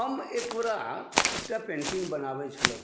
हम एकबेरा एकटा पेन्टिङ्ग बनाबै छलहुँ